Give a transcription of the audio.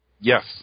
Yes